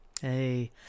hey